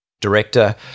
director